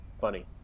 Funny